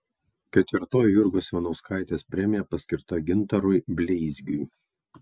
ketvirtoji jurgos ivanauskaitės premija paskirta gintarui bleizgiui